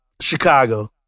Chicago